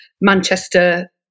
Manchester